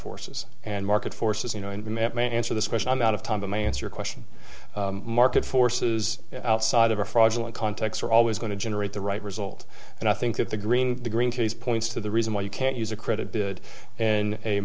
forces and market forces you know my answer this question i'm out of time but my answer question market forces outside of a fraudulent context are always going to generate the right result and i think that the green green case points to the reason why you can't use a credit bid and a